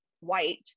white